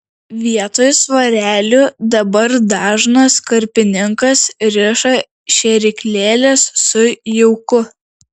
vietoj svarelių dabar dažnas karpininkas riša šėryklėles su jauku